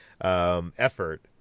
effort